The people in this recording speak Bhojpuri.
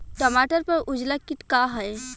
टमाटर पर उजला किट का है?